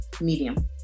medium